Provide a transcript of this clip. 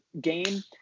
game